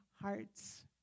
hearts